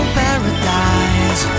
paradise